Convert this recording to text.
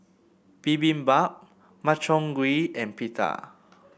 Bibimbap Makchang Gui and Pita